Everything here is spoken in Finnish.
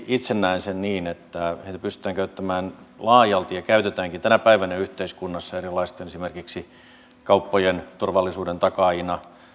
itse näen sen niin että niitä pystytään käyttämään laajalti ja käytetäänkin tänä päivänä yhteiskunnassa esimerkiksi erilaisten kauppojen turvallisuuden takaajina